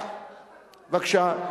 בבקשה.